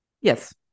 Yes